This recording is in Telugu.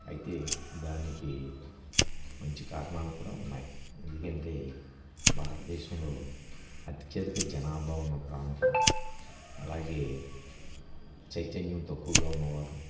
అయితే దానికి మంచి కారణాలు కూడా ఉన్నాయి ఎందుకంటే భారతదేశంలో అత్యధిక జనాభా ఉన్న ప్రాంతం అలాగే చైతన్యం తక్కువగా ఉన్నవారు